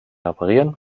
reparieren